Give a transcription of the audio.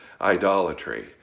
idolatry